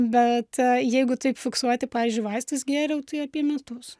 bet jeigu taip fiksuoti pavyzdžiui vaistus gėriau tai apie metus